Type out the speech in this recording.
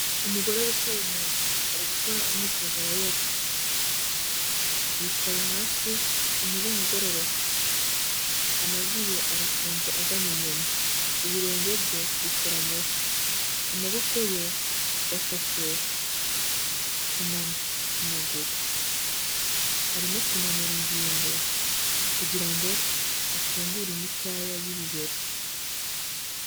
Umugore wicaye muzu ari gukora umwitozo wa yoga yicaye hasi umugongo ugororotse, amavi ye arafunze agana inyuma ibirenge bye bikoranyeho, amaboko ye yafashe ku mano, ku maguru, arimo kunanura ingingo kugira ngo afungure imikaya y'ibibero.